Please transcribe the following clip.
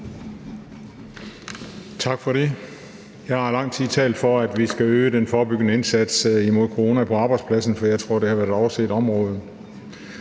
Tak for det. Jeg har i lang tid talt for, at vi skal øge den forebyggende indsats over for corona på arbejdspladsen, for jeg tror, det har været et overset område.